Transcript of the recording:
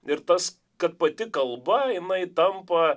virtos kad pati kalba ūmai tampa